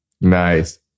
Nice